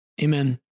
Amen